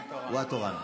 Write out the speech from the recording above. מי התורן?